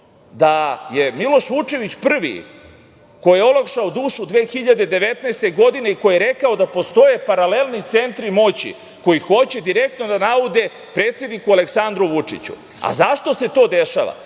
da je Miloš Vučević prvi koji je olakšao dušu 2019. godine i koji je rekao da postoje paralelni centri moći koji hoće direktno da naude predsedniku Aleksandru Vučiću. Zašto se to dešava?